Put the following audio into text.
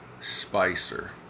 Spicer